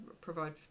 provide